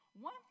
one